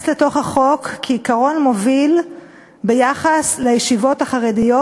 לתוך החוק כעיקרון מוביל ביחס לישיבות החרדיות,